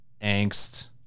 angst